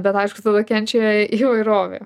bet aišku tada kenčia įvairovė